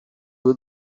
will